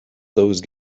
those